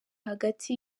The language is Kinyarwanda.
hagati